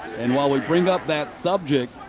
and while we bring up that subject,